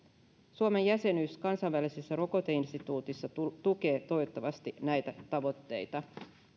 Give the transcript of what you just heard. suomen jäsenyys kansainvälisessä rokoteinstituutissa tukee toivottavasti näitä tavoitteita